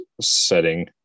setting